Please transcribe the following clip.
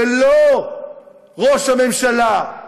ולא ראש הממשלה.